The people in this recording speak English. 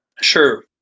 Sure